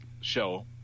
show